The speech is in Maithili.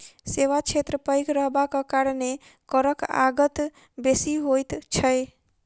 सेवा क्षेत्र पैघ रहबाक कारणेँ करक आगत बेसी होइत छै